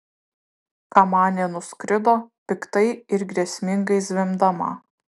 kamanė nuskrido piktai ir grėsmingai zvimbdama